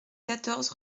quatorze